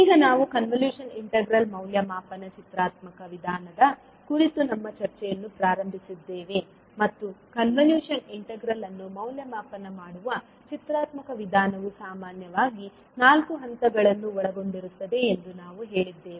ಈಗ ನಾವು convolution integral ಮೌಲ್ಯಮಾಪನದ ಚಿತ್ರಾತ್ಮಕ ವಿಧಾನದ ಕುರಿತು ನಮ್ಮ ಚರ್ಚೆಯನ್ನು ಪ್ರಾರಂಭಿಸಿದ್ದೇವೆ ಮತ್ತು ಕಾನ್ವಲ್ಯೂಷನ್ ಇಂಟೆಗ್ರಾಲ್ ಅನ್ನು ಮೌಲ್ಯಮಾಪನ ಮಾಡುವ ಚಿತ್ರಾತ್ಮಕ ವಿಧಾನವು ಸಾಮಾನ್ಯವಾಗಿ ನಾಲ್ಕು ಹಂತಗಳನ್ನು ಒಳಗೊಂಡಿರುತ್ತದೆ ಎಂದು ನಾವು ಹೇಳಿದ್ದೇವೆ